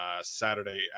saturday